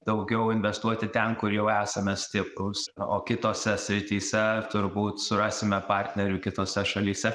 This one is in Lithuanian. daugiau investuoti ten kur jau esame stiprūs o kitose srityse turbūt surasime partnerių kitose šalyse